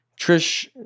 Trish